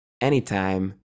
anytime